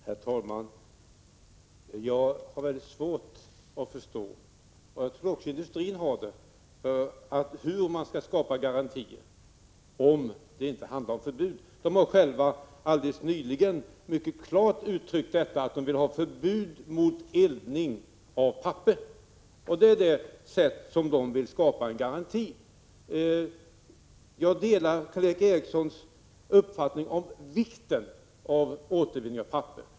Herr talman! Jag har mycket svårt att förstå, oc. : jag tror att även industrin har det, hur man skall kunna skapa garantier om det inte handlar om förbud. Industrin har själv nyligen mycket klart uttryckt önskemål om ett förbud mot eldning av papper. På detta sätt vill industrin skapa garantier. Jag delar Karl Erik Erikssons uppfattning om vikten av att återvinna papper.